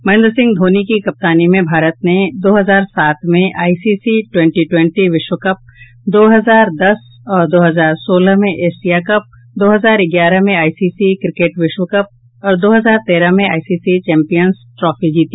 महेन्द्र सिंह धोनी की कप्तानी में भारत ने दो हजार सात में आईसीसी ट्वेन्टी ट्वेन्टी विश्वकप दो हजार दस और दो हजार सोलह में एशिया कप दो हजार ग्यारह में आईसीसी क्रिकेट विश्वकप और दो हजार तेरह में आईसीसी चौम्पियंस ट्रॉफी जीती